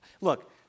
look